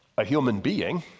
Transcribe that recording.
a human being